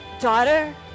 daughter